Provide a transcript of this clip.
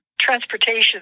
transportation